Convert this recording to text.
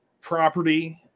property